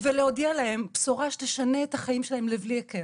ולהודיע להם בשורה שתשנה את החיים שלהם לבלי הכר.